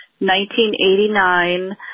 1989